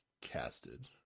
casted